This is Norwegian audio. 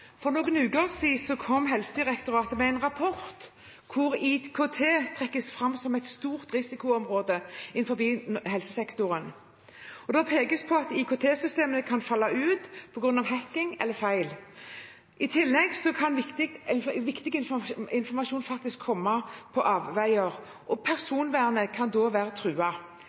For noen uker siden kom Helsedirektoratet med en rapport hvor IKT trekkes fram som et stort risikoområde innenfor helsesektoren. Det pekes på at IKT-systemene kan falle ut på grunn av hacking eller feil. I tillegg kan viktig informasjon faktisk komme på avveier, og personvernet kan da være